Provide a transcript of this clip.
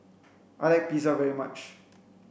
I like Pizza very much